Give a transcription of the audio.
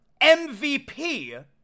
MVP